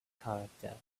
character